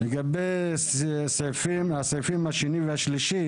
לגבי סעיפים, הסעיפים השני והשלישי